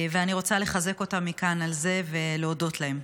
ואני רוצה לחזק אותם מכאן על זה ולהודות להם.